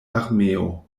armeo